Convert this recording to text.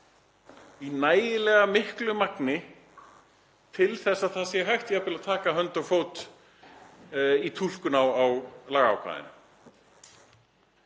í nægilega miklu magni til þess að það sé hægt jafnvel að taka hönd og fót í túlkun á lagaákvæðinu.